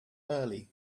early